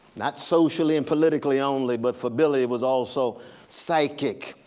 not socially, and politically only but for billie it was also psychic.